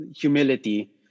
humility